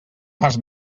fas